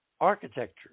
architecture